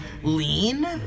Lean